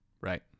right